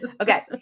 Okay